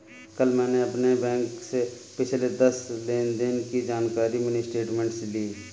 कल मैंने अपने बैंक से पिछले दस लेनदेन की जानकारी मिनी स्टेटमेंट से ली